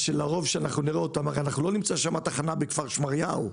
הרי לא נמצא תחנה בכפר שמריהו.